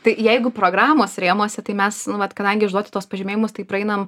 tai jeigu programos rėmuose tai mes nu vat kadangi išduoti tuos pažymėjimus tai praeinam